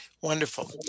Wonderful